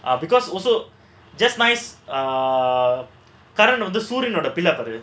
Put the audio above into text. ah because also just nice ah Karnan வந்து சூரியனோட பிள்ள பாரு:karnan vandhu sooryanoda pilla paaru